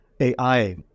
AI